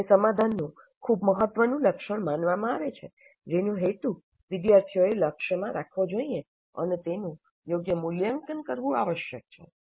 તેને સમાધાનનું ખૂબ મહત્વનું લક્ષણ માનવામાં આવે છે જેનો હેતુ વિદ્યાર્થીઓએ લક્ષ્યમાં રાખવો જોઈએ અને તેનું યોગ્ય મૂલ્યાંકન કરવું આવશ્યક છે